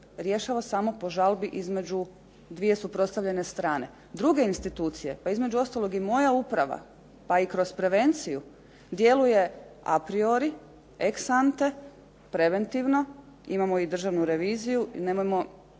rješava samo po žalbi između dvije suprotstavljene strane. Druge institucije, pa između ostalog i moja uprava, pa i kroz prevenciju djeluje a priori, ex sante, preventivno. Imamo i Državnu reviziju i nemojmo